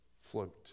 float